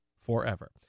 forever